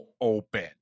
open